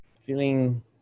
feeling